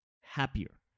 happier